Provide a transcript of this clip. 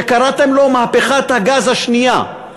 שקראתם לו מהפכת הגז השנייה,